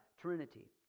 Trinity